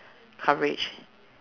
coverage